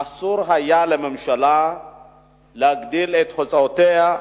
אסור היה לממשלה להגדיל את הוצאותיה,